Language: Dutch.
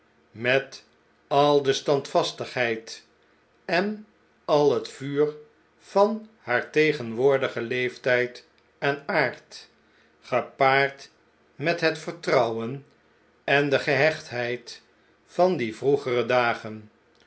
met al de standvastigheid en al het vuur van haar tegenwoordigen leeftjjd en aard gepaard met het vertrouwen en de gehechtheid van die vroegere dagen